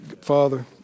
Father